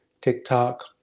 TikTok